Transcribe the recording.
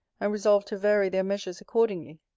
and resolve to vary their measures accordingly.